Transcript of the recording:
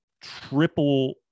triple-